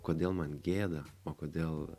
kodėl man gėda o kodėl